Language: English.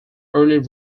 early